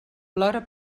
plora